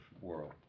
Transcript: world